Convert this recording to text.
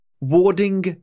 Warding